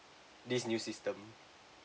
this new system